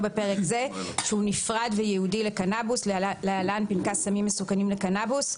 בפרק זה שהוא נפרד וייעודי לקנבוס (להלן- פנקס סמים מסוכנים לקנבוס),